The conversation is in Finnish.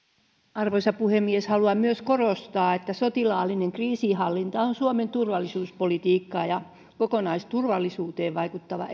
arvoisa puhemies haluan myös korostaa että sotilaallinen kriisinhallinta on suomen turvallisuuspolitiikkaa ja kokonaisturvallisuuteen vaikuttava